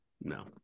no